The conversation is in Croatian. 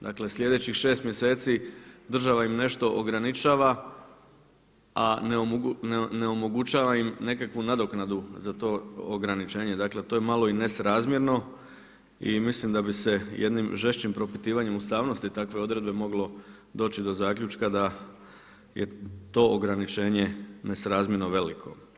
Dakle sljedećih 6 mjeseci država im nešto ograničava a ne omogućava im nekakvu nadoknadu za to ograničenje, dakle to je malo i nesrazmjerno i mislim da bi se jednim žešćim propitivanjem ustavnosti takve odredbe moglo doći do zaključka da je to ograničenje nesrazmjerno veliko.